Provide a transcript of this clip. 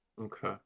Okay